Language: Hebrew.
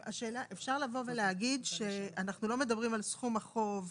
אפשר לבוא ולהגיד שאנחנו לא מדברים על סכום החוב.